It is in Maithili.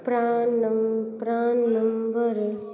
प्राण नम प्राण नम्बर